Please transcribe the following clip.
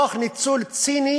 תוך ניצול ציני